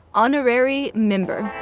honorary member.